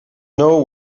know